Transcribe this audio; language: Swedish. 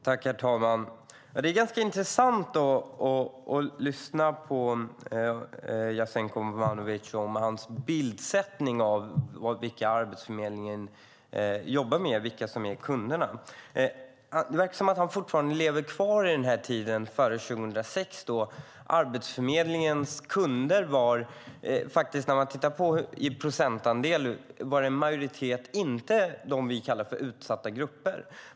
Herr talman! Det är ganska intressant att lyssna på Jasenko Omanovic och hans bildsättning av vilka Arbetsförmedlingen jobbar med och vilka som är kunderna. Det verkar som att han fortfarande lever kvar i tiden före 2006, då majoriteten av Arbetsförmedlingens kunder inte hörde till det vi kallar utsatta grupper.